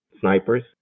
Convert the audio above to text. snipers